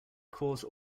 caused